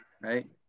right